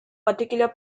particular